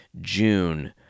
June